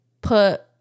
put